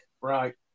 right